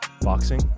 boxing